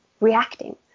reacting